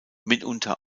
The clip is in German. mitunter